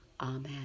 amen